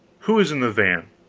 who is in the van?